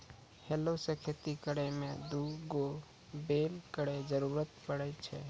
हलो सें खेती करै में दू गो बैल केरो जरूरत पड़ै छै